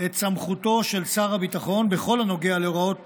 את סמכותו של שר הביטחון בכל הנוגע לראות